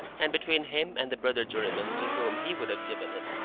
and between him and the brother juryman to whom he would have given it,